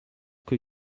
coi